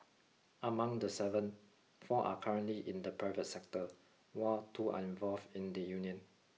among the seven four are currently in the private sector while two are involved in the union